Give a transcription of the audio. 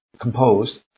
composed